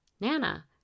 Nana